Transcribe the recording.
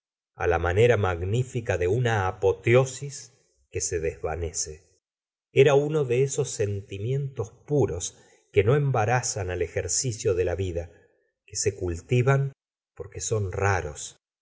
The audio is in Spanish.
corazón la manera magnífica de una apoteosis que se desvanece era uno de esos sentimientos puros que no embarazan el ejercicio de la vida que se cultivan porque son raros